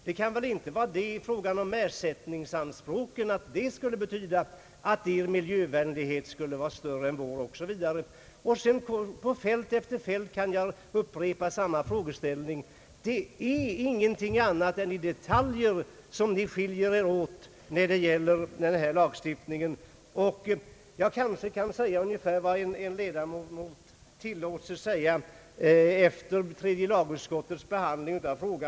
Det kan väl inte heller vara så att er uppfattning i fråga om ersättningsanspråken innebär att er miljövänlighet är större än vår, OSV. På fält efter fält kan jag upprepa samma frågeställning. Det är enbart i detaljer ni har en avvikande uppfattning beträffande den föreslagna nya lagstiftningen. Jag kanske i detta sammanhang kan anföra vad en ledamot tillät sig säga efter tredje lagutskottets behandling av denna fråga.